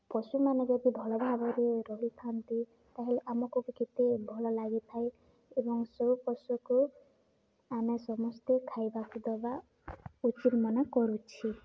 ପଶୁମାନେ ଯଦି ଭଲ ଭାବରେ ରହିଥାନ୍ତି ତା'ହେଲେ ଆମକୁ ବି କେତେ ଭଲ ଲାଗିଥାଏ ଏବଂ ସବୁ ପଶୁକୁ ଆମେ ସମସ୍ତେ ଖାଇବାକୁ ଦେବା ଉଚିତ୍ ମନେକରୁଛି